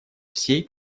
всей